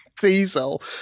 diesel